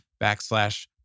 backslash